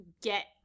get